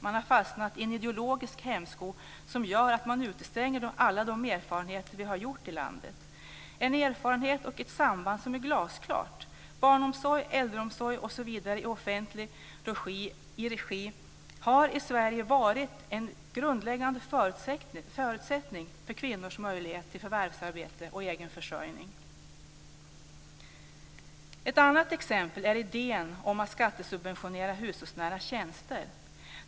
Man har fastnat i en ideologisk hämsko som gör att man utestänger alla de erfarenheter som vi har i landet. Det finns en erfarenhet och ett samband som är glasklart. Barnomsorg, äldreomsorg osv. i offentlig regi har i Sverige varit en grundläggande förutsättning för kvinnors möjlighet till förvärvsarbete och egen försörjning. Ett annat exempel är idén om att skattesubventionera hushållsnära tjänster.